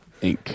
Inc